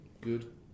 good